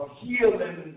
healing